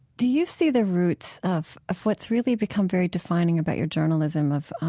do you see the roots of of what's really become very defining about your journalism of